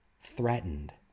threatened